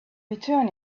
return